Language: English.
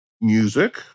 music